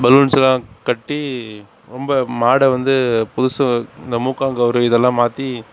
பலூன்ஸ்லாம் கட்டி ரொம்ப மாடை வந்து புதுசாக இந்த மூக்காங்கயிறு இதெல்லாம் மாற்றி